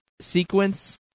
sequence